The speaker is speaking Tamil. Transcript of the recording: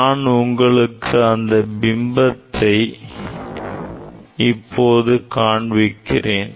நான் உங்களுக்கு அந்த பிம்பத்தை இப்போது காண்பிக்கிறேன்